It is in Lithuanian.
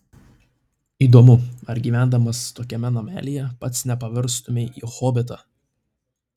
įdomu ar gyvendamas tokiame namelyje pats nepavirstumei į hobitą